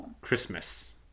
Christmas